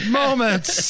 moments